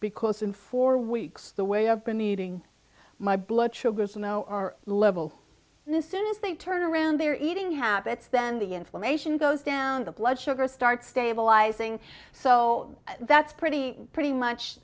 because in four weeks the way i've been eating my blood sugars are now are level and soon as they turn around their eating habits then the inflammation goes down the blood sugar starts stabilizing so that's pretty pretty much